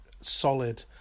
solid